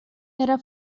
era